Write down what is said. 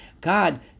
God